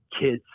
kids